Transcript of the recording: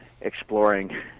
exploring